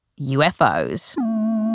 UFOs